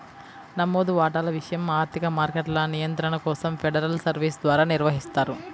నమోదు వాటాల విషయం ఆర్థిక మార్కెట్ల నియంత్రణ కోసం ఫెడరల్ సర్వీస్ ద్వారా నిర్వహిస్తారు